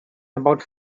about